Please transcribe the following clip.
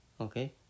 Okay